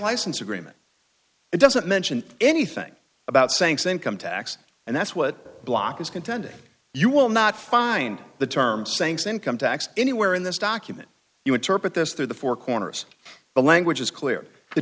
license agreement it doesn't mention anything about saying same come tax and that's what block is contending you will not find the term sayings income tax anywhere in this document you interpret this through the four corners the language is clear the